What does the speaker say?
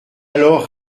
alors